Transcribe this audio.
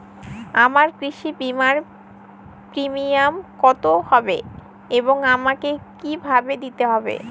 আমার কৃষি বিমার প্রিমিয়াম কত হবে এবং আমাকে কি ভাবে দিতে হবে?